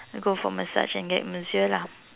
go for massage and get masseuse lah